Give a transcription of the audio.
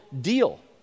deal